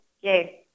Yay